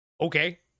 Okay